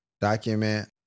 document